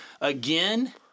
again